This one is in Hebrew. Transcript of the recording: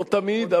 לא תמיד,